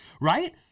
right